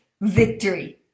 victory